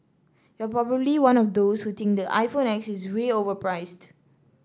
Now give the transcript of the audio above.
you're probably one of those who think the iPhone X is way overpriced